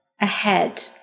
ahead